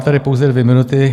Mám tady pouze dvě minuty.